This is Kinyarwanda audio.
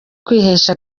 kwihesha